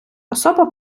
особа